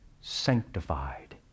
sanctified